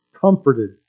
comforted